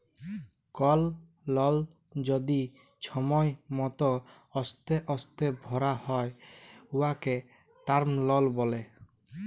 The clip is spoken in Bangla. কল লল যদি ছময় মত অস্তে অস্তে ভ্যরা হ্যয় উয়াকে টার্ম লল ব্যলে